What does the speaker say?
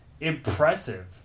impressive